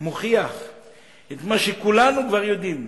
מוכיח את מה שכולנו כבר יודעים: